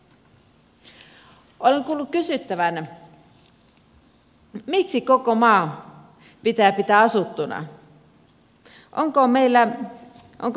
olen kuullut kysyttävän miksi koko maa pitää pitää asuttuna onko meillä siihen varaa